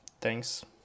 Thanks